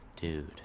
Dude